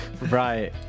Right